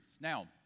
Now